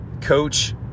coach